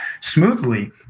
smoothly